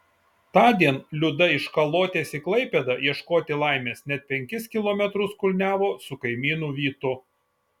tądien liuda iš kalotės į klaipėdą ieškoti laimės net penkis kilometrus kulniavo su kaimynu vytu